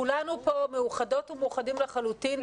כולנו פה מאוחדות ומאוחדים לחלוטין.